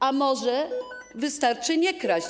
A może wystarczy nie kraść?